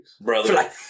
brother